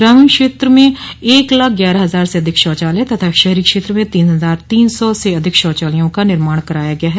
ग्रामीण क्षेत्र में एक लाख ग्यारह हजार से अधिक शौचालय तथा शहरी क्षेत्र में तीन हजार तीन सौ से अधिक शौचालयों का निर्माण कराया गया है